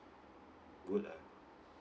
good ah